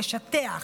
לשטח,